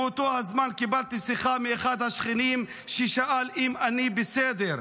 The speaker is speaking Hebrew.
באותו הזמן קיבלתי שיחה מאחד השכנים ששאל אם אני בסדר,